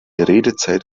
redezeit